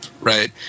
right